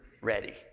ready